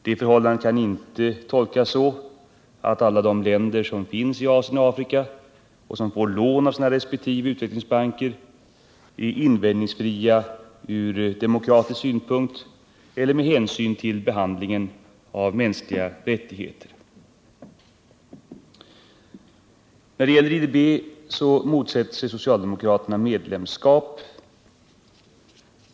Det förhållandet kan inte tolkas så att alla länder i Asien och Afrika som får lån av sina resp. utvecklingsbanker är invändningsfria från demokratisk synpunkt eller med hänsyn till behandlingen av mänskliga rättigheter. När det gäller IDB motsätter sig socialdemokraterna medlemskap.